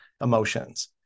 emotions